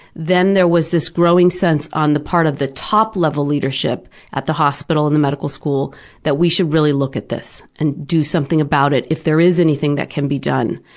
then there was this growing sense on the part of the top level leadership at the hospital and the medical school that we should really look at this and do something about it, if there is anything that can be done.